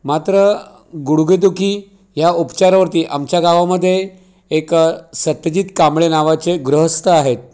मात्र गुडघेदुखी या उपचारावरती आमच्या गावामध्ये एक सत्यजित कांबळे नावाचे गृहस्थ आहेत